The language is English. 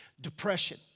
Depression